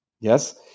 Yes